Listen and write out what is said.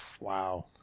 Wow